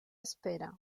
espera